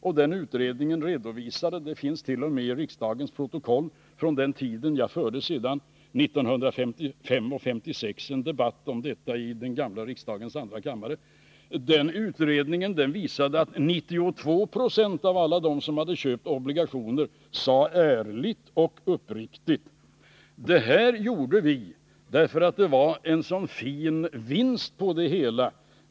Vad den utredningen redovisade finns t.o.m. i riksdagens protokoll. Jag förde nämligen en debatt om detta 1955 och 1956 i den gamla riksdagens andra kammare. Utredningen visade att 92 26 av alla dem som hade köpt obligationer sade ärligt och uppriktigt: Det här gjorde vi därför att det var så fin vinst på det hela.